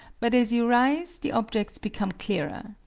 but as you rise the objects become clearer.